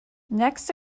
next